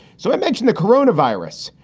so i mention the coronavirus.